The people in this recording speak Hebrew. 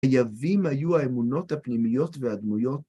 ‫הייבים היו האמונות הפנימיות והדמויות.